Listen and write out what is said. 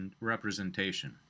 Representation